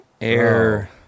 air